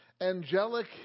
angelic